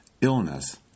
illness